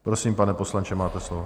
Prosím, pane poslanče, máte slovo.